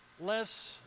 less